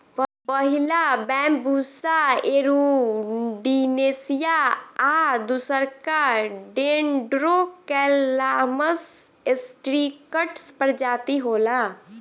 पहिला bambusa arundinacea आ दूसरका डेन्ड्रोकैलामस स्ट्रीक्ट्स प्रजाति होला